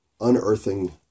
unearthing